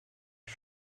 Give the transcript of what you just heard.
ich